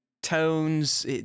Tones